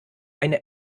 eine